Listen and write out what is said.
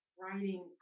writing